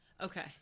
Okay